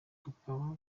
gutaka